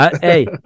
Hey